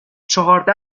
چهارده